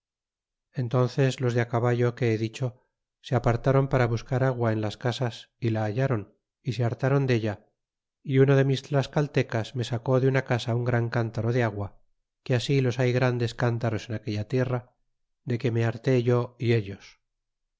entónces los de caballo que he dicho se apartron para buscar agua en las casas y la hallron y se hartáron della y uno de mis tlascaltecas me sacó de una casa un gran cántaro de agua que así los hay grandes cántaros en aquella tierra de que me harté yo y ellos